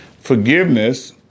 Forgiveness